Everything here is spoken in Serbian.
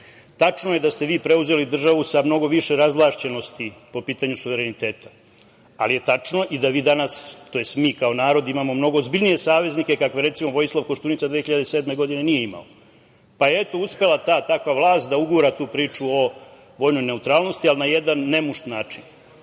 SNS.Tačno je da ste vi preuzeli državu sa mnogo više razvlašćenosti po pitanju suvereniteta, ali je tačno i da vi danas, to jest mi kao narod, imamo mnogo ozbiljnije saveznike kakve, recimo, Vojislav Koštunica 2007. godine nije imao, pa je eto uspela ta takva vlast da ugura tu priču o vojnoj neutralnosti, ali na jedan nemušt način. Bilo